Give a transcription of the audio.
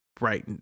right